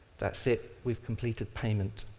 that's it, we've completed payment.